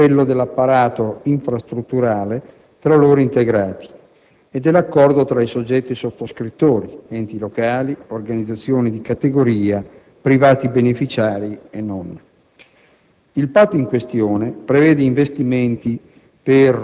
nei settori dell'industria, dell'agroindustria ed in quello dell'apparato infrastrutturale, tra loro integrati, ed è l'accordo tra i soggetti sottoscrittori, ossia enti locali, organizzazioni di categoria, privati beneficiari e non.